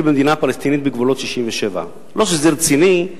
במדינה פלסטינית בגבולות 67'. לא שזה רציני,